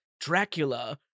Dracula